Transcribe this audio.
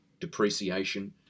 depreciation